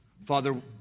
Father